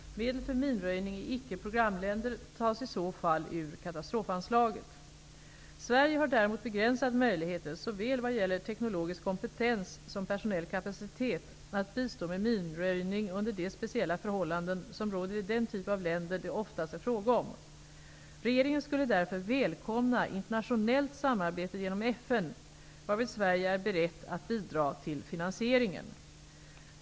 Medel för minröjning i icke-programländer tas i så fall ur katastrofanslaget. Sverige har däremot begränsade möjligheter, vad gäller såväl teknologisk kompetens som personell kapacitet, att bistå med minröjning under de speciella förhållanden som råder i den typ av länder det oftast är fråga om. Regeringen skulle därför välkomna internationellt samarbete genom FN, varvid Sverige är berett att bidra till finansieringen.